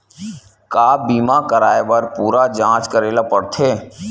का बीमा कराए बर पूरा जांच करेला पड़थे?